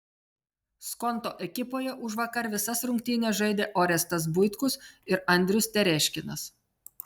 skonto ekipoje užvakar visas rungtynes žaidė orestas buitkus ir andrius tereškinas